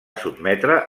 sotmetre